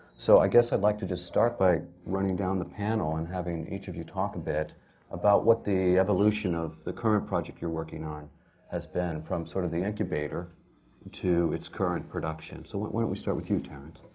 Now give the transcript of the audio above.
so i guess i'd like to just start by running down the panel and having each of you talk a bit about what the evolution of the current project you're working on has been, from sort of the incubator to its current production. so why don't we start with you, terrence?